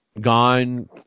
gone